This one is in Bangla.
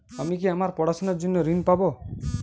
আমি কি আমার পড়াশোনার জন্য ঋণ পাব?